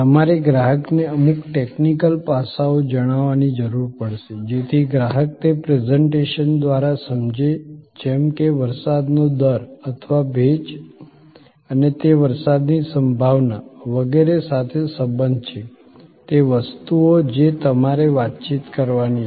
તમારે ગ્રાહકને અમુક ટેકનિકલ પાસાઓ જણાવવાની જરૂર પડશે જેથી ગ્રાહક તે પ્રેઝન્ટેશન દ્વારા સમજે જેમ કે વરસાદનો દર અથવા ભેજ અને તે વરસાદની સંભાવના વગેરે સાથે સંબંધ છે તે વસ્તુઓ જે તમારે વાતચીત કરવાની છે